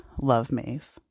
LoveMaze